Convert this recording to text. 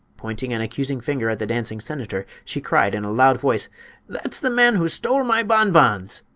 pointing an accusing finger at the dancing senator, she cried in a loud voice that's the man who stole my bonbons!